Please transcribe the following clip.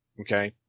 Okay